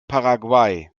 paraguay